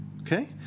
Okay